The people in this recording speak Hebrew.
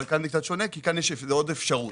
אבל כאן יש עוד אפשרות.